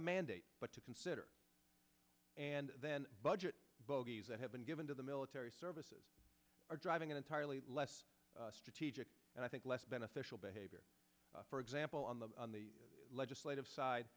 a mandate but to consider and then budget bogeys that have been given to the military services are driving an entirely less strategic and i think less beneficial behavior for example on the on the legislative side